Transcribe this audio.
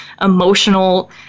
emotional